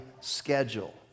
schedule